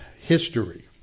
history